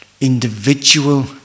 individual